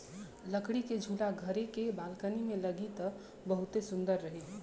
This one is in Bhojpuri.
लकड़ी के झूला घरे के बालकनी में लागी त बहुते सुंदर रही